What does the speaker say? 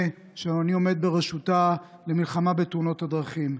שאני עומד בראשותה למלחמה בתאונות הדרכים.